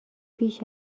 بیش